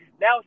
now